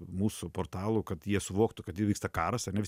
mūsų portalų kad jie suvoktų kad įvyksta karas ar ne